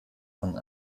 von